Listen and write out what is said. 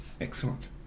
Excellent